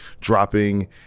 dropping